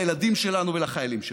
לילדים שלנו ולחיילים שלנו.